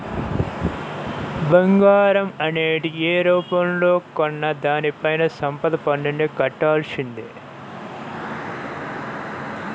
బంగారం అనేది యే రూపంలో కొన్నా దానిపైన సంపద పన్నుని కట్టాల్సిందే